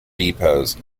depots